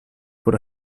por